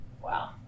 Wow